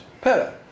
Pera